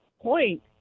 point